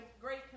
great